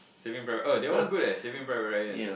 Saving Ry~ oh that one go Saving by Ryan